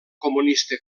comunista